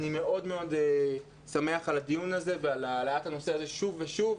אני מאוד מאוד שמח על הדיון הזה ועל העלאת הנושא שוב ושוב.